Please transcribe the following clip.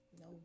No